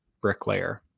bricklayer